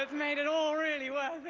ah made it all really worth it,